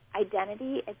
identity